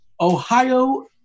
Ohio